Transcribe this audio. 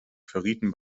verrieten